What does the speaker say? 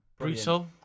Brutal